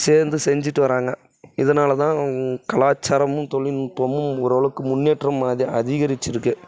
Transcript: சேர்ந்து செஞ்சிகிட்டு வாரங்க இதனால்தான் கலாச்சாரமும் தொழில் நுட்பமும் ஓரளவுக்கு முன்னேற்றம் அதிகரிச்சு இருக்கு